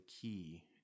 key